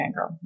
fangirl